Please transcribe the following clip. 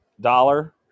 dollar